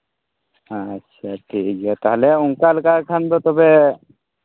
ᱟᱪᱪᱷᱟ ᱴᱷᱤᱠ ᱜᱮᱭᱟ ᱛᱟᱦᱞᱮ ᱚᱱᱠᱟ ᱞᱮᱠᱟ ᱠᱷᱟᱱ ᱫᱚ ᱛᱚᱵᱮ